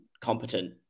competent